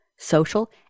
social